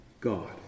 God